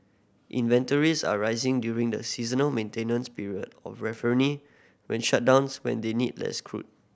inventories are rising during the seasonal maintenance period of when shutdowns when they need less crude